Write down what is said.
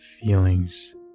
feelings